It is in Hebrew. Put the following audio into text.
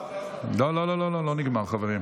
לא נגמר, חברים.